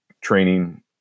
training